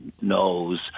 knows